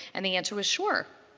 and the answer was, sure.